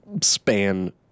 span